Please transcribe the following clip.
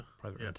private